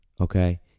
okay